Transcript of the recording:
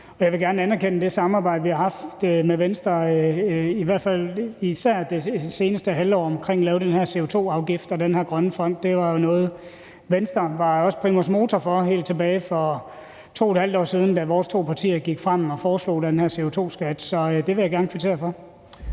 Jeg vil gerne anerkende det samarbejde, vi har haft med Venstre, især i det seneste halve år om at lave den her CO2-afgift og den grønne fond. Det var noget Venstre var primus motor i helt tilbage for 2½ år siden, da vores partier gik ud og foreslog den her CO2-skat. Det vil jeg gerne kvittere for.